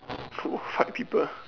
!whoa! fight people